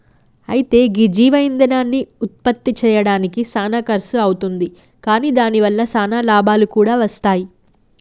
అయితే గీ జీవ ఇందనాన్ని ఉత్పప్తి సెయ్యడానికి సానా ఖర్సు అవుతుంది కాని దాని వల్ల సానా లాభాలు కూడా వస్తాయి